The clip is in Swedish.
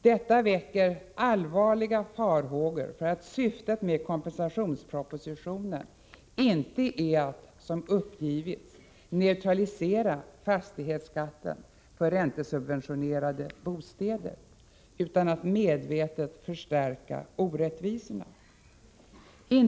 Detta väcker allvarliga farhågor för att syftet med kompensationspropositionen inte är — som det uppgivits — att neutralisera fastighetsskatten för räntesubventionerade bostäder utan att medvetet förstärka orättvisorna.